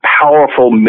powerful